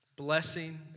Blessing